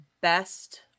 best